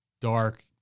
dark